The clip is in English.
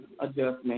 adjustment